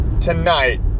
tonight